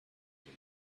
what